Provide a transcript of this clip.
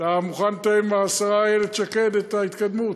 אתה מוכן לתאם עם השרה איילת שקד את ההתקדמות?